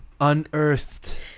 unearthed